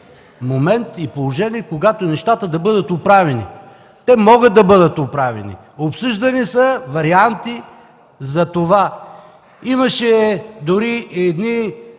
момент и положение, когато нещата да бъдат оправени? Те могат да бъдат оправени! Обсъждани са варианти за това. Имаше дори едни